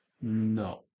No